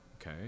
okay